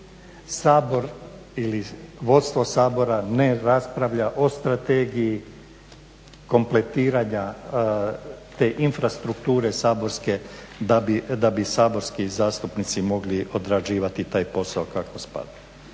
adekvatne. Vodstvo sabora ne raspravlja o strategiji kompletiranja te infrastrukture saborske da bi saborski zastupnici mogli odrađivati taj posao kako spada.